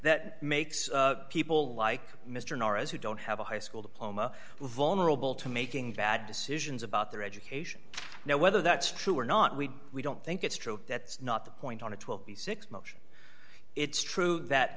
that makes people like mr norris who don't have a high school diploma who are vulnerable to making bad decisions about their education now whether that's true or not we we don't think it's true that's not the point on a twelve b six motion it's true that